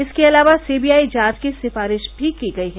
इसके अलावा सीबीआई जांच की सिफ़ारिश भी की गई है